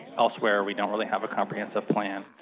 elsewhere, we don't really have a comprehensive plan,